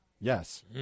Yes